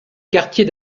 quartier